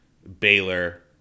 Baylor